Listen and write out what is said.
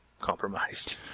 compromised